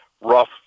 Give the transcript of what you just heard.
rough